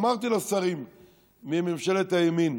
אמרתי לשרים מממשלת הימין: